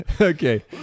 okay